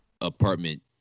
apartment